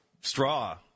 straw